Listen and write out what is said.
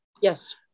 Yes